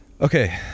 okay